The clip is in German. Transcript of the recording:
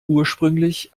ursprünglich